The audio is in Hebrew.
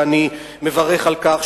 ואני מברך על כך,